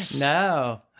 No